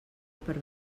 per